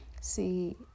See